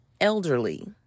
elderly